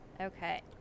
Okay